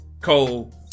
Cole